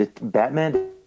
Batman